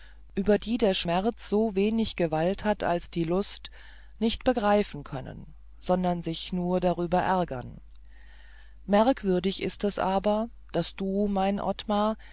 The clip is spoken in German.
über die der schmerz so wenig gewalt hat als die lust nicht begreifen können sondern sich nur darüber ärgern merkwürdig ist es aber daß du mein ottmar